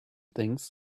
things